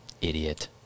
Idiot